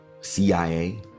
cia